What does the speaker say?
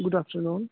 good afternoon